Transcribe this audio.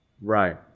right